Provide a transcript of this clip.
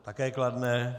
Také kladné.